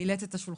מילאת את השולחן.